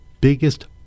biggest